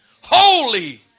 Holy